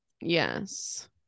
yes